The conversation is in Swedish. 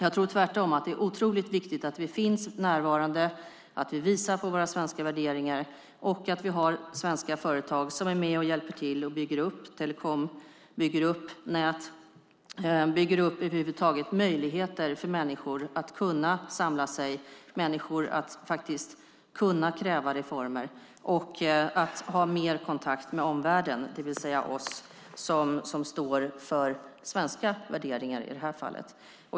Jag tror tvärtom att det är otroligt viktigt att vi finns närvarande, att vi visar på våra svenska värderingar och att vi har svenska företag som är med och hjälper till med att bygga upp telekomnät och möjligheter för människor att samlas, så att de kan kräva reformer och ha mer kontakt med omvärlden, alltså i det här fallet med oss som står för svenska värderingar.